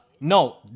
no